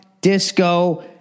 disco